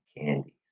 candies